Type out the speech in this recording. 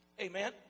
Amen